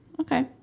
Okay